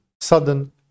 sudden